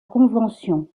convention